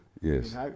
Yes